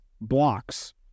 blocks